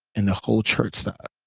and the whole church stopped.